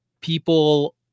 people